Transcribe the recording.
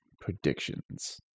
Predictions